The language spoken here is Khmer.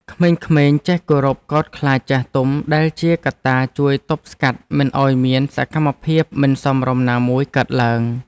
ក្មេងៗចេះគោរពកោតខ្លាចចាស់ទុំ ដែលជាកត្តាជួយទប់ស្កាត់មិនឱ្យមានសកម្មភាពមិនសមរម្យណាមួយកើតឡើង។